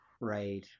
Right